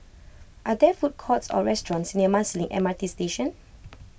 are there food courts or restaurants near Marsiling M R T Station